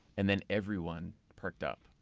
and then everyone perked up,